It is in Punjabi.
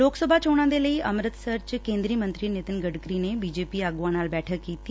ਲੋਕ ਸਭਾ ਚੋਣਾਂ ਦੇ ਲਈ ਅਮ੍ਰਿਤਸਰ ਚ ਕੇਦਰੀ ਮੰਤਰੀ ਨਿਤਿਨ ਗਡਕਰੀ ਨੇ ਬੀਜੇਪੀ ਆਗੁਆਂ ਨਾਲ ਬੈਠਕ ਕੀਤੀ